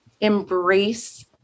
embrace